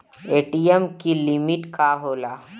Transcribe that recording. ATM की limit का होला?